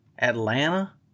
Atlanta